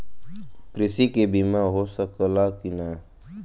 कृषि के बिमा हो सकला की ना?